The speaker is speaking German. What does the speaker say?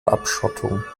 abschottung